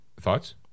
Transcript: Thoughts